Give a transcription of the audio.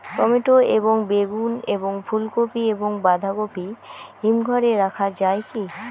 Tomato এবং বেগুন এবং ফুলকপি এবং বাঁধাকপি হিমঘরে রাখা যায় কি?